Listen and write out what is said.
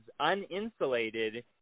uninsulated